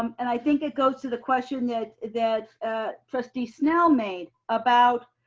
um and i think it goes to the question that that ah trustee snell made about